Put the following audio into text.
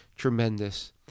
Tremendous